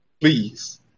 Please